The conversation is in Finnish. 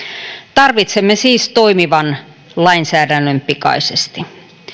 tarvitsemme siis toimivan lainsäädännön pikaisesti